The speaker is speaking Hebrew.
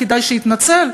כדאי שיתנצל,